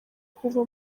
kuva